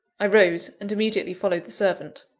i rose, and immediately followed the servant.